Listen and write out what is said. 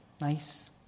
Nice